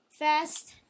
Fast